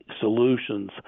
solutions